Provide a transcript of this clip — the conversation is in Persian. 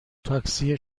تاکسی